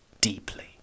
deeply